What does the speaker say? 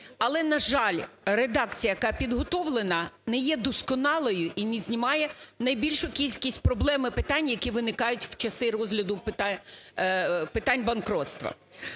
Але, на жаль, редакція, яка підготовлена, не є досконалою і не знімає найбільшу кількість проблем і питань, які виникають в часи розгляду питань банкрутства.